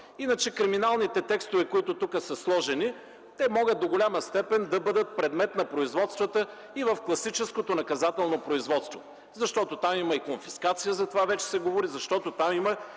Иначе криминалните текстове, които тук са сложени, могат до голяма степен да бъдат предмет на производствата и в класическото наказателно производство, защото там има и конфискация – за това вече се говори, защото там има